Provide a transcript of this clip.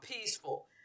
peaceful